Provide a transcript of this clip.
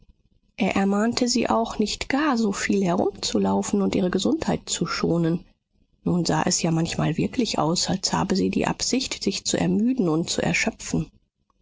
er ermahnte sie auch nicht gar so viel herumzulaufen und ihre gesundheit zu schonen nun sah es ja manchmal wirklich aus als habe sie die absicht sich zu ermüden und zu erschöpfen